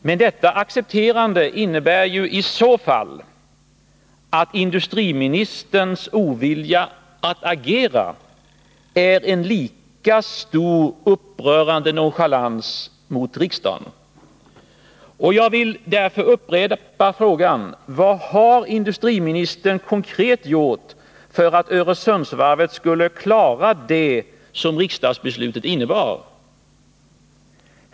Men detta accepterande innebär ju i så fall att industriministerns ovilja att agera är en lika stor, upprörande nonchalans mot riksdagen. Jag vill därför upprepa frågan: Vad har industriministern konkret gjort för att Öresundsvarvet skulle klara det som riksdagsbeslutet innebar?